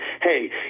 hey